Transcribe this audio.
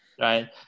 Right